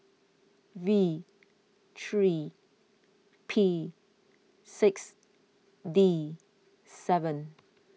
V three P six D seven